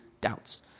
doubts